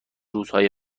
روزهای